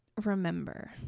remember